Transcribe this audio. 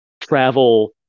travel